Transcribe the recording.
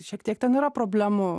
šiek tiek ten yra problemų